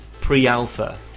pre-alpha